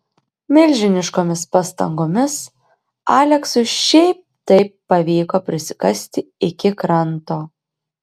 milžiniškomis pastangomis aleksui šiaip taip pavyko prisikasti iki kranto